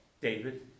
David